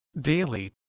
Daily